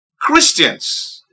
Christians